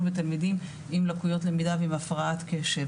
בתלמידים עם לקויות למידה ועם הפרעת קשב,